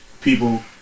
people